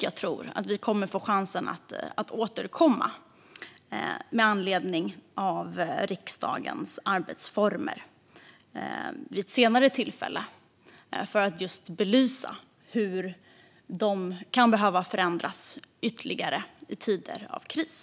Jag tror att vi kommer att få chansen att återkomma till riksdagens arbetsformer vid ett senare tillfälle, för att just belysa hur de kan behöva förändras ytterligare i tider av kris.